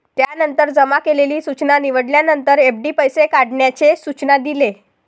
त्यानंतर जमा केलेली सूचना निवडल्यानंतर, एफ.डी पैसे काढण्याचे सूचना दिले